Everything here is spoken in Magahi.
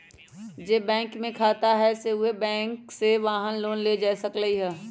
जे बैंक में खाता हए उहे बैंक से वाहन लोन लेल जा सकलई ह